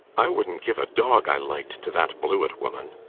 i wouldn't give a dog i liked to that blewett woman,